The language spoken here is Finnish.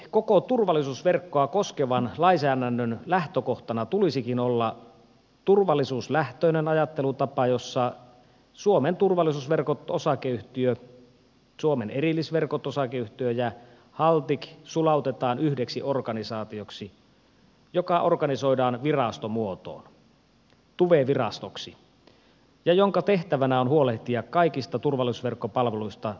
koko turvallisuusverkkoa koskevan lainsäädännön lähtökohtana tulisikin olla turvallisuuslähtöinen ajattelutapa jossa suomen turvallisuusverkko oy suomen erillisverkot oy ja haltik sulautetaan yhdeksi organisaatioksi joka organisoidaan virastomuotoon tuve virastoksi ja jonka tehtävänä on huolehtia kaikista turvallisuusverkkopalveluista turvallisuusviranomaisille